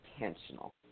intentional